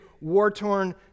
war-torn